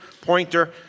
pointer